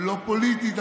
לא פוליטית,